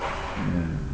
ya